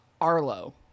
Arlo